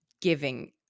giving